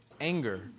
anger